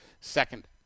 Second